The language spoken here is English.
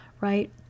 right